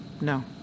No